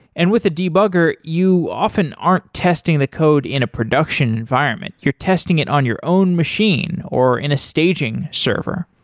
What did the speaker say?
and with the debugger, you often aren't testing the code in a production environment. you're testing it on your own machine or in a staging server.